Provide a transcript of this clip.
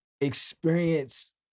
experience